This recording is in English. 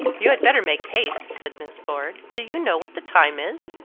you had better make haste, said miss ford. do you know what the time is?